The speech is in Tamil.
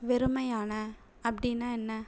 வெறுமையான அப்படின்னா என்ன